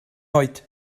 oed